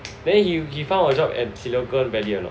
then he found a job in silicon valley or not